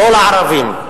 לא לערבים.